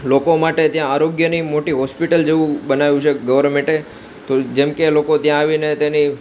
લોકો માટે ત્યાં આરોગ્યની મોટી હોસ્પિટલ જેવું બનાવ્યું છે ગવર્નમેન્ટે તો જેમકે લોકો ત્યાં આવીને તેની